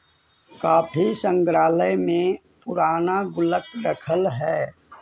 काफी संग्रहालय में पूराना गुल्लक रखल हइ